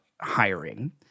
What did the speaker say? hiring